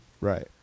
Right